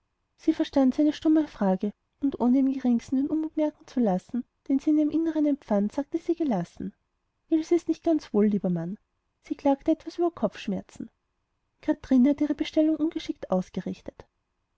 sie verstand seine stumme frage und ohne im geringsten den unmut merken zu lassen den sie in ihrem innern empfand sagte sie gelassen ilse ist nicht ganz wohl lieber mann sie klagte etwas über kopfschmerzen kathrine hat ihre bestellung ungeschickt ausgerichtet